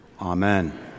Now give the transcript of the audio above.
amen